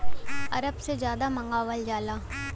अरब से जादा मंगावल जाला